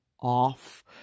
off